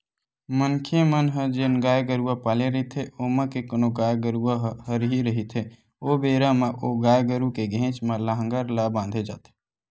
मनखे मन ह जेन गाय गरुवा पाले रहिथे ओमा के कोनो गाय गरुवा ह हरही रहिथे ओ बेरा म ओ गाय गरु के घेंच म लांहगर ला बांधे जाथे